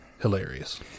hilarious